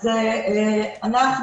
אז אנחנו,